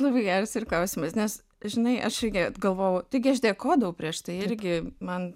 labai geras klausimas nes žinai aš irgi galvojau taigi aš dėkodavau prieš tai irgi man